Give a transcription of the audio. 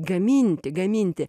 gaminti gaminti